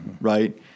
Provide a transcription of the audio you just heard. Right